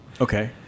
Okay